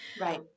right